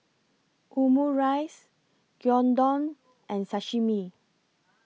Omurice Gyudon and Sashimi